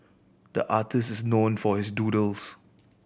the artist is known for his doodles